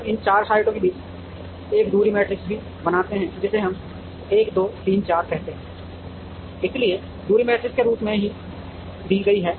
हम इन 4 साइटों के बीच एक दूरी मैट्रिक्स भी बनाते हैं जिसे हम 1 2 3 4 कहते हैं इसलिए दूरी मैट्रिक्स के रूप में दी गई है